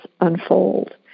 unfold